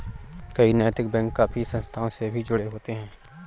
कई नैतिक बैंक काफी संस्थाओं से भी जुड़े होते हैं